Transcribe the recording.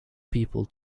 people